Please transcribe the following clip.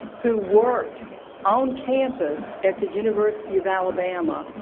who worked on campus at the university of alabama,